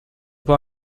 pas